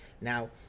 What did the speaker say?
Now